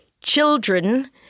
children